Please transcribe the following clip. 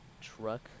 truck